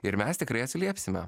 ir mes tikrai atsiliepsime